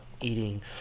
eating